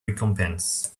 recompense